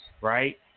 right